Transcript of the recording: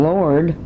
Lord